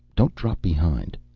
don't drop behind.